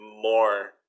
more